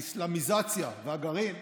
האסלאמיזציה והגרעין,